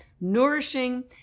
nourishing